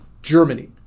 Germany